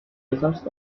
results